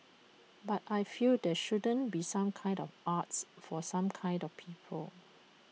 but I feel there shouldn't be some kinds of arts for some kinds of people